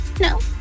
No